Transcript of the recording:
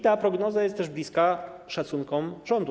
Ta prognoza jest też bliska szacunkom rządu.